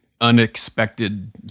unexpected